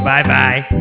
Bye-bye